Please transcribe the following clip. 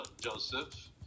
joseph